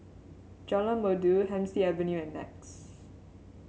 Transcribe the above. Jalan Merdu Hemsley Avenue and Nex